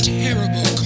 terrible